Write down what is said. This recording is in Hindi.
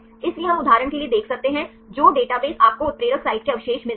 इसलिए हम उदाहरण के लिए देख सकते हैं जो डेटाबेस आपको उत्प्रेरक साइट के अवशेष मिलते हैं